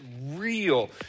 real